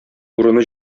урыны